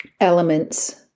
elements